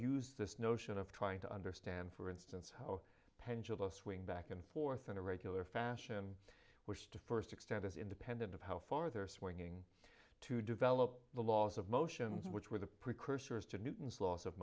used this notion of trying to understand for instance how pendulum swing back and forth on a regular fashion which to first extent is independent of how far they're swinging to develop the laws of motions which were the precursors to newton's laws of